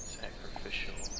sacrificial